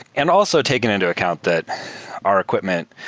and also, taken into account that or equipment,